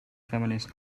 feminist